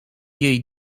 jej